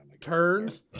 Turns